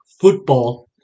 football